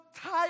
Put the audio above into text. tired